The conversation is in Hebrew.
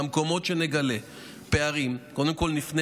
במקומות שנגלה פערים, קודם כול נפנה